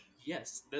Yes